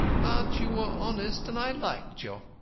but you were honest, and i liked you.